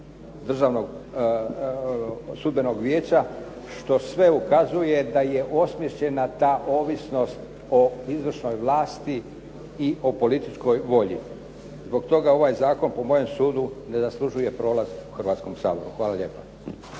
Državnog sudbenog vijeća što sve ukazuje da je osmišljena ta ovisnost o izvršnoj vlasti i o političkoj volji. Zbog toga ovaj zakon po mojem sudu ne zaslužuje prolaz u Hrvatskom saboru. Hvala lijepa.